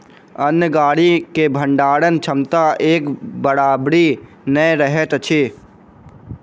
अन्न गाड़ी मे भंडारण क्षमता एक बराबरि नै रहैत अछि